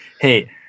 hey